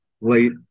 late